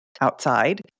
outside